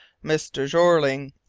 mr. jeorling,